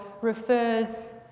refers